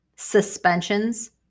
suspensions